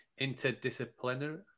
interdisciplinary